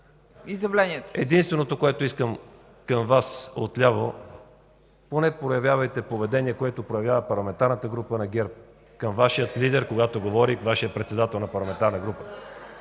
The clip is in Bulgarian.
Единственото, което искам – към Вас от ляво, поне проявявайте поведение, което проявява Парламентарната група на ГЕРБ към Вашия лидер, когато говори, и Вашият председател на парламентарна група.